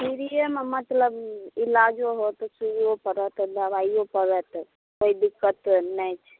फिरिएमे मतलब इलाजो होत सुइयो पड़त दवाइयो पड़त कोइ दिक्कत नहि छै